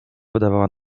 wydawała